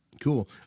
cool